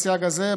בסייג הזה,